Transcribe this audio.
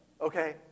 okay